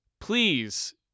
Please